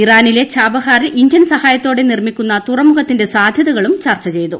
ഇറാനിലെ ഛാബഹാറിൽ ഇന്ത്യൻ സഹായത്തോടെ നിർമ്മിക്കുന്ന തുറമുഖത്തിന്റെ സാധ്യതകളും ചർച്ച ചെയ്തു